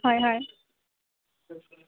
হয় হয়